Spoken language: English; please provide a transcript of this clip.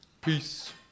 Peace